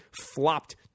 flopped